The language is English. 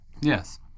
Yes